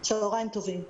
צוהריים טובים.